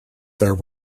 there